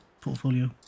portfolio